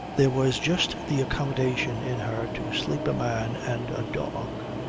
there was just the accommodation in her to sleep a man and a dog.